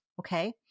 okay